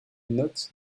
notes